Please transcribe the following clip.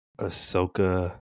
Ahsoka